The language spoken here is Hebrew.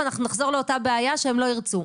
ואנחנו נחזור לאותה בעיה שהם לא ירצו.